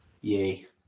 Yay